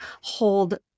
hold